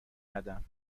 ندم